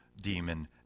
demon